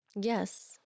Yes